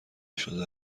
شده